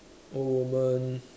old woman